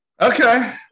Okay